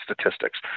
statistics